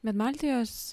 bet baltijos